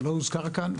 שלא הוזכר כאן,